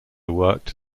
worked